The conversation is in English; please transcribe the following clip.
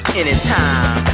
anytime